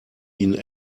ihnen